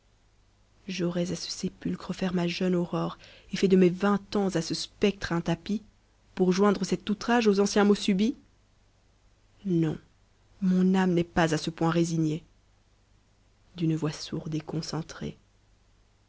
j'aurais à ce sépulcre offert ma jeune aurore et fait de mes vingt ans à ce spectre un tapis pour joindre cet outrage aux anciens maux subis non mon âme n'est pas à ce point résignée